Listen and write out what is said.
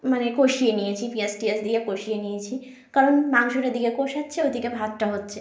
মানে কষিয়ে নিয়েছি পিঁয়াজ টিয়াজ দিয়ে কষিয়ে নিয়েছি কারণ মাংসটা এদিকে কষাচ্ছে ওদিকে ভাতটা হচ্ছে